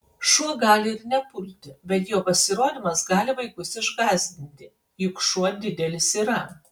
šuo gali ir nepulti bet jo pasirodymas gali vaikus išgąsdinti juk šuo didelis yra